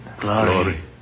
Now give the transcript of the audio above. Glory